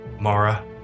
Mara